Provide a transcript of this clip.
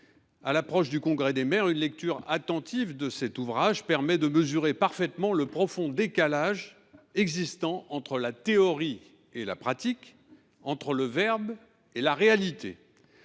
À l’approche du Congrès des maires, une lecture attentive de cet ouvrage permet de mesurer parfaitement le profond décalage existant entre la théorie et la pratique, entre le verbe et la réalité.